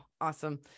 awesome